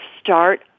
start